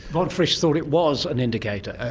von frisch thought it was an indicator.